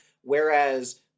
whereas